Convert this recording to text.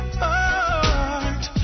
heart